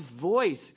voice